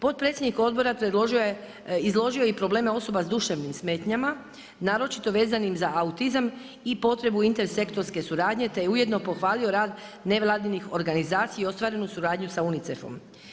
Potpredsjednik odbora izložio je i probleme osoba sa duševnim smetnjama, naročito vezanim za autizam i potrebu intersektorske suradnje te je ujedno pohvalio i rad nevladinih organizacija i ostvarenu suradnju sa UNICEF-om.